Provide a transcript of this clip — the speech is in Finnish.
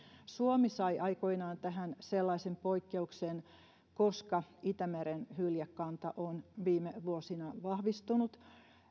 suomi sai aikoinaan tähän sellaisen poikkeuksen koska itämeren hyljekanta on viime vuosina vahvistunut